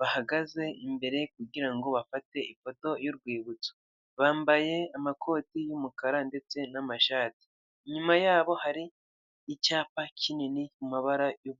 bahagaze imbere kugira ngo bafate ifoto y'urwibutso, bambaye amakote y'umukara ndetse n'amashati, nyuma yabo hari icyapa kinini mu mabara y'ubururu.